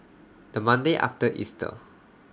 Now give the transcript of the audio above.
The Monday after Easter